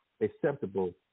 acceptable